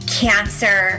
cancer